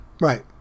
Right